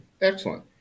excellent